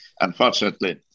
Unfortunately